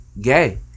gay